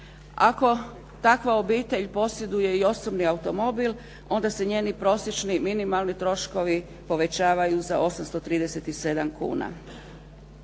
Ako takva obitelj posjeduje i osobni automobil, onda se njeni prosječni minimalni troškovi povećavaju za 837 kuna.